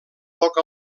poc